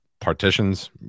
partitions